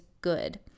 Good